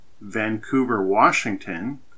Vancouver-Washington